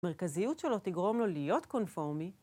מרכזיות שלו תגרום לו להיות קונפורמי.